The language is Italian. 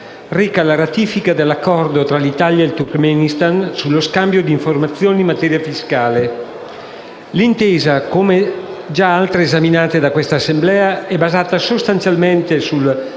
reca la ratifica dell'Accordo tra l'Italia e il Turkmenistan sullo scambio di informazioni in materia fiscale. L'intesa, come altre già esaminate da questa Assemblea, è basata sostanzialmente sul modello